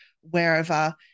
wherever